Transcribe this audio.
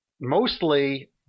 mostly